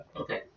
Okay